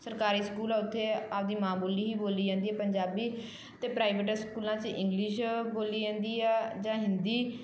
ਸਰਕਾਰੀ ਸਕੂਲ ਆ ਉੱਥੇ ਆਪਣੀ ਮਾਂ ਬੋਲੀ ਹੀ ਬੋਲੀ ਜਾਂਦੀ ਹੈ ਪੰਜਾਬੀ ਅਤੇ ਪ੍ਰਾਈਵੇਟ ਸਕੂਲਾਂ 'ਚ ਇੰਗਲਿਸ਼ ਬੋਲੀ ਜਾਂਦੀ ਆ ਜਾਂ ਹਿੰਦੀ